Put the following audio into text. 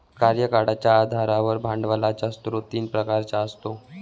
कार्यकाळाच्या आधारावर भांडवलाचा स्रोत तीन प्रकारचा असतो